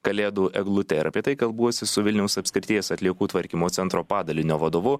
kalėdų eglute ir apie tai kalbuosi su vilniaus apskrities atliekų tvarkymo centro padalinio vadovu